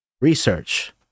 research